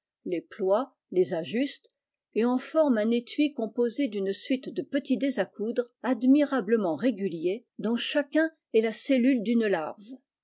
les ploie les ajuste et en forme un étui composé d'une suite de petits dés à coudre admirablement réguliers dont chacun est la cellule d'une larve